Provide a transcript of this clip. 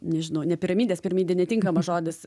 nežinau ne piramidės piramidė netinkamas žodis